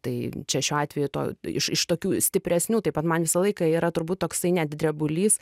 tai čia šiuo atveju to iš iš tokių stipresnių taip pat man visą laiką yra turbūt toksai net drebulys